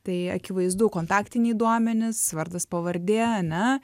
tai akivaizdu kontaktiniai duomenys vardas pavardė ane